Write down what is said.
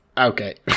Okay